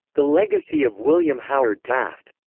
the legacy of william howard taft.